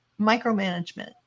micromanagement